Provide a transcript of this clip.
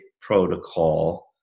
protocol